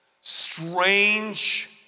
strange